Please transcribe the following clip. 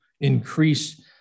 increase